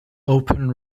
open